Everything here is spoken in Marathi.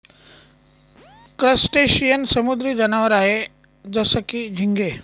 क्रस्टेशियन समुद्री जनावर आहे जसं की, झिंगे